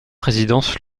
résidence